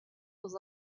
dans